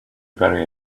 very